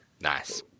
Nice